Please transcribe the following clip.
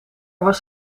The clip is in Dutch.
was